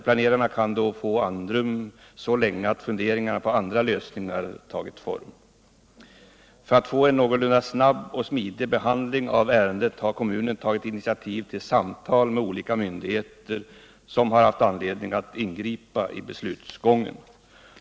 Planerarna kan då få andrum så länge att funderingarna på andra lösningar hinner ta form. För att få en någorlunda snabb och smidig behandling av ärendet har kommunen tagit initiativ till samtal med olika myndigheter som haft anledning att ingripa i beslutsgången.